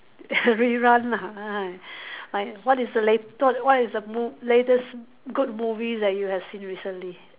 rerun lah ah like what is the later what is the m~ latest good movies that you have seen recently